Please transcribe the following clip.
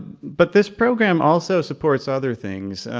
but this program also supports other things.